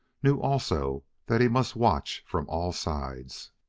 knew also that he must watch from all sides.